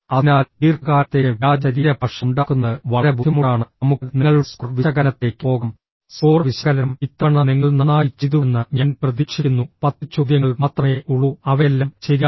അതിനാൽ ദീർഘകാലത്തേക്ക് വ്യാജ ശരീരഭാഷ ഉണ്ടാക്കുന്നത് വളരെ ബുദ്ധിമുട്ടാണ് നമുക്ക് നിങ്ങളുടെ സ്കോർ വിശകലനത്തിലേക്ക് പോകാം സ്കോർ വിശകലനം ഇത്തവണ നിങ്ങൾ നന്നായി ചെയ്തുവെന്ന് ഞാൻ പ്രതീക്ഷിക്കുന്നു പത്ത് ചോദ്യങ്ങൾ മാത്രമേ ഉള്ളൂ അവയെല്ലാം ശരിയായിരുന്നു